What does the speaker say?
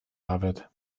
arbeit